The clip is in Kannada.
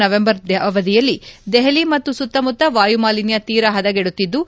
ನವೆಂಬರ್ ಅವಧಿಯಲ್ಲಿ ದೆಹಲಿ ಮತ್ತು ಸುತ್ತಮುತ್ತ ವಾಯುಮಾಲಿನ್ಯ ತೀರ ಹದಗೆಡುತ್ತಿದ್ದು